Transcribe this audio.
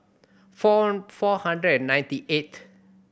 four four hundred and ninety eight